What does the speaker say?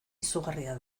izugarria